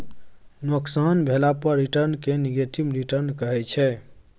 नोकसान भेला पर रिटर्न केँ नेगेटिव रिटर्न कहै छै